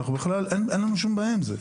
אין לנו שום בעיה עם זה,